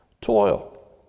Toil